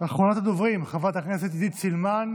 אחרונת הדוברים, חברת הכנסת עידית סילמן.